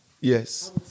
Yes